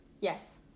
yes